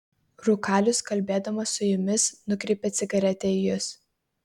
rūkalius kalbėdamas su jumis nukreipia cigaretę į jus